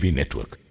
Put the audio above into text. network